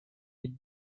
les